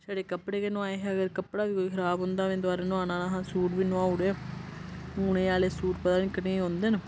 छड़े कपड़े गै नुआए हे अगर कपड़ा बी कोई खराब होंदे में दबारा नुआना निहा सूट बी नुआऊ उड़ेआ हून एह् आह्ले सूट पता नी कनेह् औंदे न